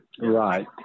Right